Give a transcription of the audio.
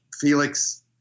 Felix